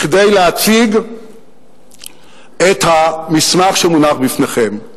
כדי להציג את המסמך שמונח בפניכם.